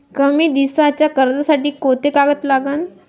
कमी दिसाच्या कर्जासाठी कोंते कागद लागन?